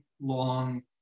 long